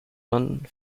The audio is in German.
man